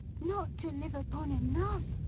not to live upon enough,